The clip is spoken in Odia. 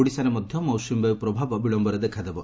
ଓଡ଼ିଶାରେ ମଧ୍ୟ ମୌସୁମୀବାୟୁ ପ୍ରଭାବ ବଳମ୍ୟରେ ଦେଖାଦେବ